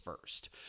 first